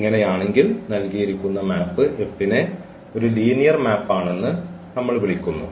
ഇങ്ങനെയാണെങ്കിൽ നൽകിയിരിക്കുന്ന map F നെ ലീനിയർ മാപ്പാണെന്ന് നമ്മൾ വിളിക്കുന്നു